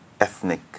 ethnic